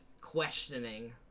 questioning